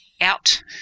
out